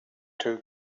two